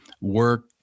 work